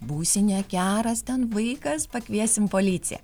būsi negeras ten vaikas pakviesim policiją